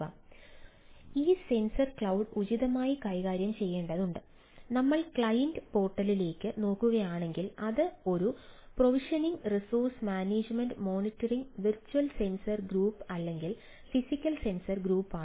അതിനാൽ ഈ sensor cloud ഉചിതമായി കൈകാര്യം ചെയ്യേണ്ടതുണ്ട് നമ്മൾ ക്ലയന്റ് പോർട്ടലിലേക്ക് നോക്കുകയാണെങ്കിൽ അത് ഒരു provisioning resource management monitoring virtual sensor group അല്ലെങ്കിൽ ഫിസിക്കൽ സെൻസർ ഗ്രൂപ്പ് ആണ്